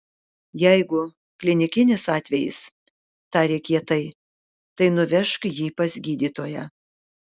jeigu klinikinis atvejis tarė kietai tai nuvežk jį pas gydytoją